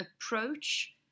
approach